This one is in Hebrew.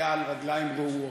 היה על רגליים רעועות.